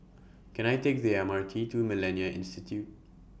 Can I Take The M R T to Millennia Institute